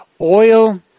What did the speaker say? oil